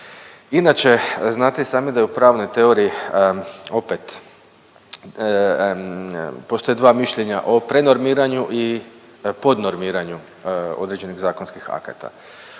Inače, znate i sami da i u pravnoj teoriji opet postoje dva mišljenja o prenormiranju i podnormiranju određenih zakonskih akata.